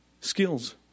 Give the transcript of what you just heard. skills